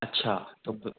अच्छा तब तो